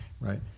right